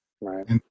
Right